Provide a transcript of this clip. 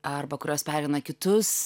arba kurios pereina kitus